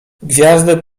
gwiazdy